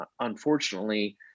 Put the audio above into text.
unfortunately